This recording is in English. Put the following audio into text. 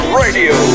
radio